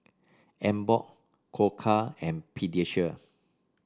Emborg Koka and Pediasure